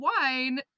wine